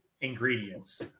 ingredients